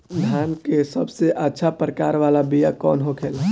धान के सबसे अच्छा प्रकार वाला बीया कौन होखेला?